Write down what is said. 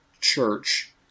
church